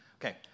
Okay